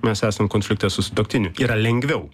mes esam konflikte su sutuoktiniu yra lengviau